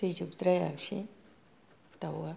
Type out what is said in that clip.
थैजोब द्राइयासै दाउआ दङ